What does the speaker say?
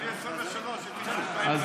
הוא 23. אני 23, יותר ותיק ממך.